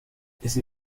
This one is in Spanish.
ese